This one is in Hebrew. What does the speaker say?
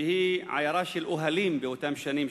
שהיתה עיירה של אוהלים באותן שנים,